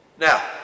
Now